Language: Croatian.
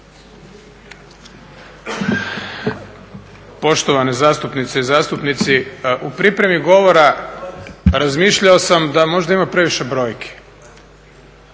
Poštovane zastupnice i zastupnici. U pripremi govora razmišljao sam da možda ima previše brojki.